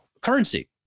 currency